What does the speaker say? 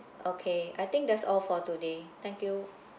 okay I think that's all for today thank you